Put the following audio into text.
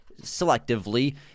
selectively